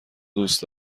دوست